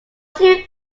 two